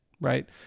right